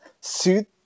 suit